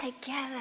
together